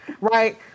Right